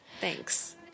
thanks